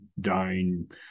Dying